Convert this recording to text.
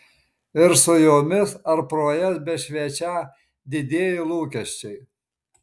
ir su jomis ar pro jas bešviečią didieji lūkesčiai